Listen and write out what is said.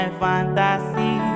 fantasy